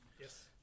yes